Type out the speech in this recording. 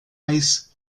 ice